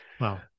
Wow